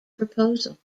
proposal